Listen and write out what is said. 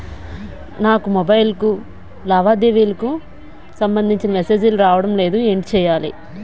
నాకు మొబైల్ కు లావాదేవీలకు సంబందించిన మేసేజిలు రావడం లేదు ఏంటి చేయాలి?